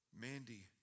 Mandy